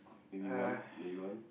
maybe one maybe one